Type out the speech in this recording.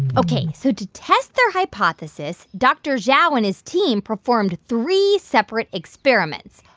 ok. so to test their hypothesis, dr. zhao and his team performed three separate experiments,